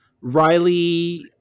Riley